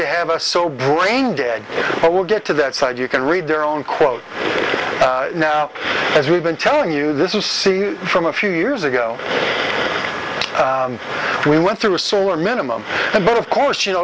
to have a so brain dead i will get to that site you can read their own quote now as we've been telling you this we see from a few years ago we went through a solar minimum of course you know